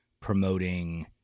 promoting